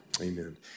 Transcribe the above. Amen